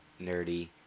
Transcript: nerdy